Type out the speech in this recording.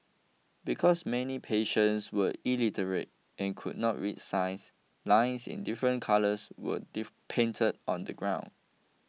because many patients were illiterate and could not read signs lines in different colours were painted on the ground